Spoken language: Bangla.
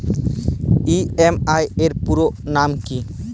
ই.এম.আই এর পুরোনাম কী?